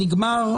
נגמר,